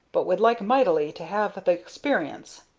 but would like mightily to have the exparience.